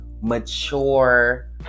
Mature